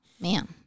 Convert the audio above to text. man